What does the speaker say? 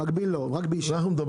במקביל לא, רק באישי.